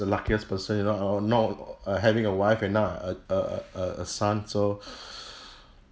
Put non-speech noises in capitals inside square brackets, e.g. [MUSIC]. the luckiest person you know uh know uh having a wife and now a a a a a son so [BREATH]